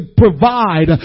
provide